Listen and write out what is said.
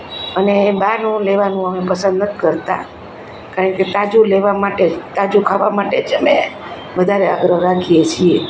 અને બહારનું લેવાનું અમે પસંદ નથી કરતાં કારણ કે તાજુ લેવા માટે જ તાજુ ખાવા માટે છે ને વધારે આગ્રહ રાખીએ છીએ